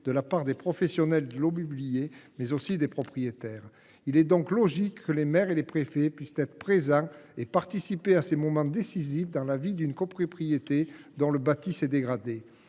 je pense à des professionnels de l’immobilier, mais aussi à des propriétaires. Il est donc logique que les maires et les préfets puissent être présents et participer à ces moments décisifs dans la vie d’une copropriété dont le bâti s’est dégradé.